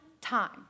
time